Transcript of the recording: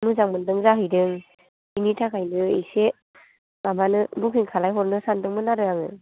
मोजां मोन्दों जाहैदों बेनि थाखायनो एसे माबानो बुकिं खालाय हरनो सान्दोंमोन आरो आङो